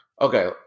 Okay